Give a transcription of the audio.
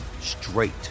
straight